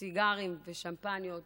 סיגרים ושמפניות